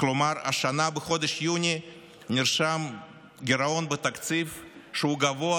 כלומר השנה בחודש יוני נרשם גירעון בתקציב שהוא גבוה